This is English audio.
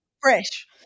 fresh